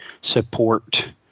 support